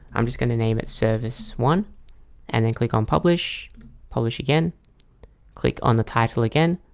i'm just going to name it service one and then click on publish publish again click on the title again.